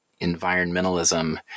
environmentalism